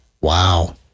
Wow